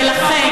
ולכן,